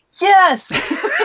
Yes